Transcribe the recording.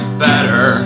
better